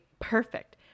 perfect